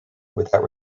without